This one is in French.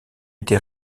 été